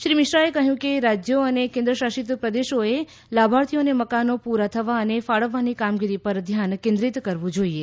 શ્રી મિશ્રાએ કહ્યું કે રાજ્યો અને કેન્દ્રશાસિત પ્રદેશો લાભાર્થીઓને મકાનો પૂરા થવા અને ફાળવવાની કામગીરી પર ધ્યાન કેન્દ્રિત કરવું જોઈએ